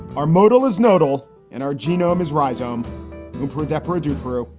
our model is nodal and our genome is rhizome blueprint that perdu through.